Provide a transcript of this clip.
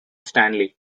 stanley